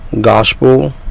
Gospel